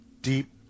deep